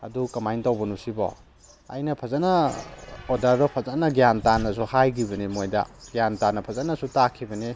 ꯑꯗꯨ ꯀꯃꯥꯏꯅ ꯇꯧꯕꯅꯣ ꯁꯤꯕꯣ ꯑꯩꯅ ꯐꯖꯅ ꯑꯣꯔꯗꯔꯗꯣ ꯐꯖꯅ ꯒ꯭ꯌꯥꯟ ꯇꯥꯅꯁꯨ ꯍꯥꯏꯈꯤꯕꯅꯦ ꯃꯣꯏꯗ ꯒ꯭ꯌꯥꯟ ꯇꯥꯅ ꯐꯖꯅꯁꯨ ꯇꯥꯛꯈꯤꯕꯅꯦ